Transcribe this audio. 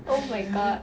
oh my god